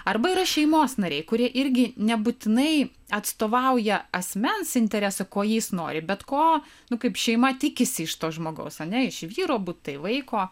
arba yra šeimos nariai kurie irgi nebūtinai atstovauja asmens interesą ko jis nori bet ko nu kaip šeima tikisi iš to žmogaus ane iš vyro buk tai vaiko